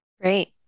Great